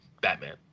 Batman